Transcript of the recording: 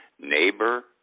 neighbor